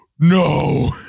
No